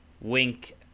Wink